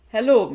Hello